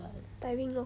tiring lor